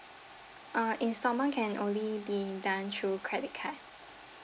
uh installment can only be done through credit card